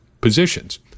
positions